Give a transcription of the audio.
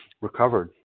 recovered